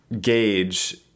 gauge